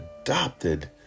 adopted